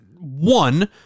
one